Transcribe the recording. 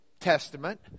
Testament